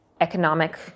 economic